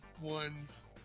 ones